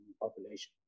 population